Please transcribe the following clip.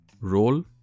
role